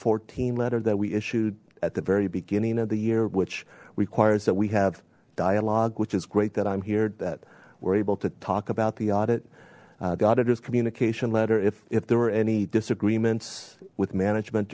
fourteen letter that we issued at the very beginning of the year which requires that we have dialogue which is great that i'm here that were able to talk about the audit the auditors communication letter if if there were any disagreements with management